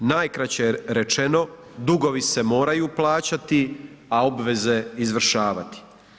Najkraće rečeno dugovi se moraju plaćati, a obveze izvršavati.